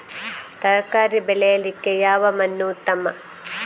ತರಕಾರಿ ಬೆಳೆಯಲಿಕ್ಕೆ ಯಾವ ಮಣ್ಣು ಉತ್ತಮ?